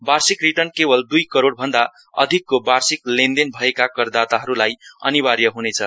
वार्षिक रिटर्न केवल दुई करोड़ भन्दा अधिकको वार्षिक लेनदेन भएका करदाताहरूलाई अनिवार्य हुनेछ